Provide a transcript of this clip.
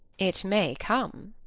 it may come.